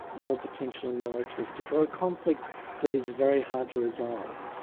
more potentially militaristic, or a conflict that is very hard to resolve.